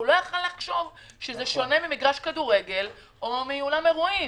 הוא לא יכול היה לחשוב שזה שונה ממגרש כדורגל או מאולם אירועים.